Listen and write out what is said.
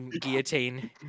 guillotine